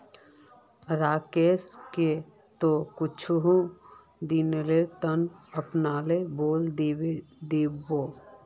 राकेश की ती कुछू दिनेर त न अपनार बेलर दी बो